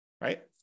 right